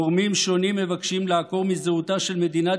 גורמים שונים מבקשים לעקור מזהותה של מדינת